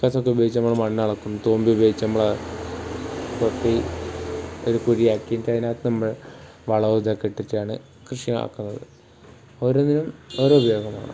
പിക്കാസൊക്കെ ഉപയോഗിച്ച് നമ്മൾ മണ്ണുകിളക്കും തൂമ്പ ഉപയോഗിച്ച് നമ്മൾ കൊത്തി ഒരു കുഴിയാക്കിയിട്ട് അതിനകത്ത് നമ്മൾ വളവും ഇതൊക്കെ ഇട്ടിട്ടാണ് കൃഷി ആക്കുന്നത് ഓരോന്നിനും ഓരോ ഉപയോഗമാണ്